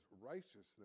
righteousness